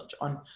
on